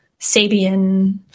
Sabian